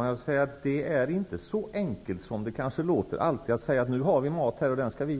Herr talman! Det är inte alltid så enkelt som det låter att